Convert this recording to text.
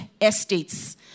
estates